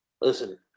Listen